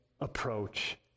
approach